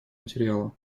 материала